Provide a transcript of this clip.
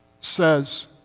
says